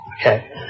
Okay